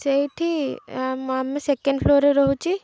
ସେଇଠି ଆମେ ସେକେଣ୍ଡ ଫ୍ଲୋରରେ ରହୁଛି